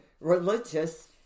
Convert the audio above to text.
religious